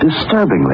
disturbingly